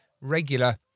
regular